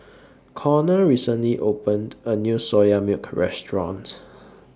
Konner recently opened A New Soya Milk Restaurant